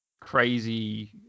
crazy